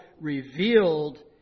revealed